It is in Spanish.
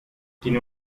tiene